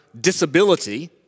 disability